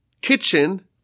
kitchen